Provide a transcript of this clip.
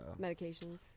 medications